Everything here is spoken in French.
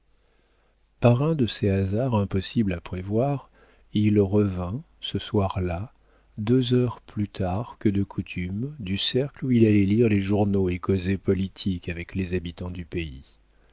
par un de ces hasards impossibles à prévoir il revint ce soir-là deux heures plus tard que de coutume du cercle où il allait lire les journaux et causer politique avec les habitants du pays